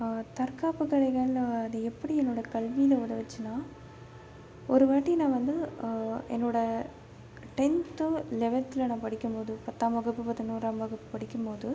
தற்காப்புகலைகள் அது எப்படி என்னோடய கல்வியில் உதவுச்சுன்னா ஒரு வாட்டி நான் வந்து என்னோடய டென்த்து லெவல்த்தில் நான் படிக்கும்போது பத்தாம் வகுப்பு பதினோராம் வகுப்பு படிக்கும்போது